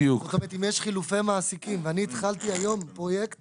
אם יש חילופי מעסיקים ואני התחלתי היום פרויקט